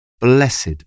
Blessed